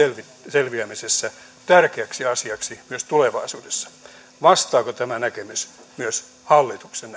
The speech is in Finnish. selviämisessä tärkeäksi asiaksi myös tulevaisuudessa vastaako tämä näkemys myös hallituksen